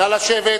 נא לשבת.